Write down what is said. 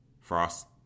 Frost